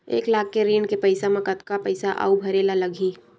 एक लाख के ऋण के पईसा म कतका पईसा आऊ भरे ला लगही?